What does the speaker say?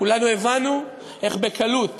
כולנו הבנו איך בקלות